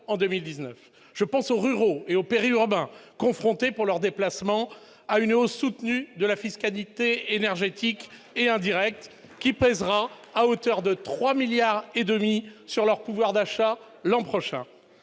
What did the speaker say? en 2019. Je pense aussi aux ruraux et périurbains confrontés pour leurs déplacements à une hausse soutenue de la fiscalité énergétique et indirecte, qui pèsera sur leur pouvoir d'achat l'an prochain